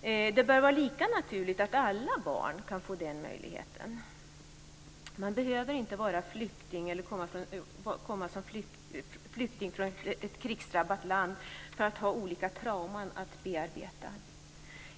Det bör vara lika naturligt att alla barn kan få den möjligheten. Man behöver inte komma som flykting från ett krigsdrabbat land för att ha olika trauman att bearbeta.